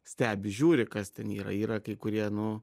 stebi žiūri kas ten yra yra kai kurie nu